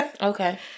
Okay